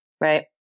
Right